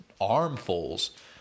armfuls